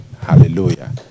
Hallelujah